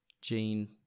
gene